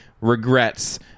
regrets